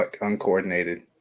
uncoordinated